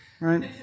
Right